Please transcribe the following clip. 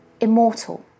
immortal